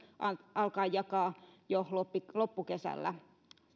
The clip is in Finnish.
alkaa jakaa jo loppukesällä